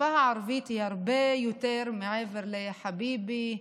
השפה הערבית היא הרבה יותר מעבר ל"יא חביבי",